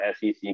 SEC